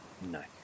No